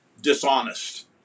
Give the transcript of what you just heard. dishonest